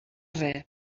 res